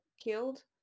killed